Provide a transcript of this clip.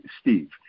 Steve